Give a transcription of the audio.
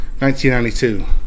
1992